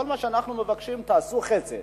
כל מה שאנחנו מבקשים, תעשו חסד